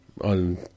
on